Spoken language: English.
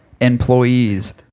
employees